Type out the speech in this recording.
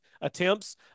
attempts